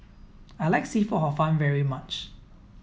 I like seafood hor fun very much